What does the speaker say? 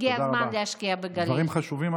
הגיע הזמן להשקיע בגליל.